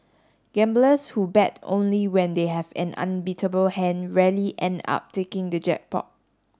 gamblers who bet only when they have an unbeatable hand rarely end up taking the jackpot